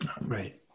Right